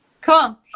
Cool